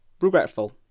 regretful